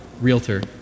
realtor